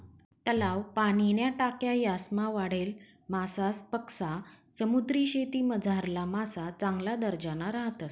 तलाव, पाणीन्या टाक्या यासमा वाढेल मासासपक्सा समुद्रीशेतीमझारला मासा चांगला दर्जाना राहतस